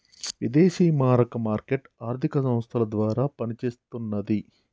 విదేశీ మారక మార్కెట్ ఆర్థిక సంస్థల ద్వారా పనిచేస్తన్నది